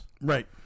Right